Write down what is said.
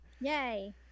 Yay